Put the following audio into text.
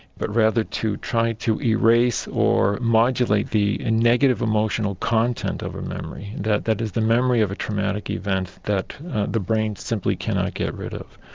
but rather to try to erase or modulate the negative emotional content of a memory that that is, the memory of a traumatic event that the brain simply cannot get rid of.